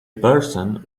person